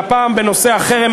והפעם בנושא החרם.